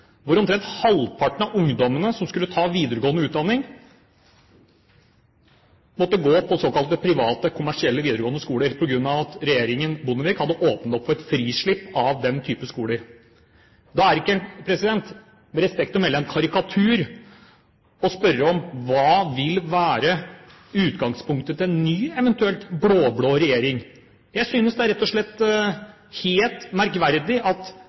hvor omtrent halvparten av ungdommene som skulle ta videregående utdanning, måtte gå på såkalte private, kommersielle videregående skoler fordi regjeringen Bondevik hadde åpnet opp for et frislipp av den type skoler. Da er det ikke, med respekt å melde, en karikatur å spørre om: Hva vil være utgangspunktet til en ny, eventuell blå-blå regjering? Jeg synes rett og slett det er helt merkverdig at